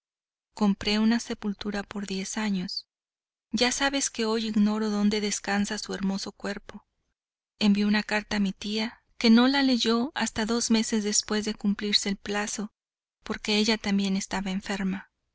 compré una sepultura por diez años ya sabes que hoy ignoro dónde descansa su hermoso cuerpo envié una carta a mi tía que no la leyó hasta dos meses después de cumplirse el plazo porque ella también estaba enferma